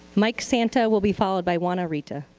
mike santa will be followed by juana rita